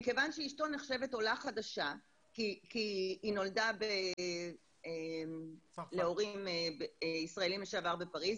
מכיוון שאשתו נחשבת עולה חדשה כי היא נולדה להורים ישראלים לשעבר בפריז,